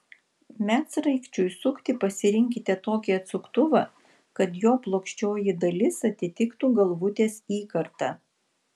medsraigčiui sukti pasirinkite tokį atsuktuvą kad jo plokščioji dalis atitiktų galvutės įkartą